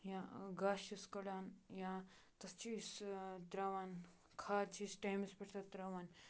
یا گاسہٕ چھِس کَڑان یا تَتھ چھِ أسۍ ترٛاوان کھاد چھِ أسۍ ٹایمَس پٮ۪ٹھ تَتھ ترٛاوان